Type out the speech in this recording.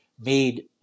made